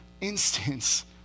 instance